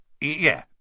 Yeah